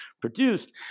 produced